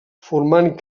formant